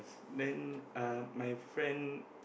then uh my friend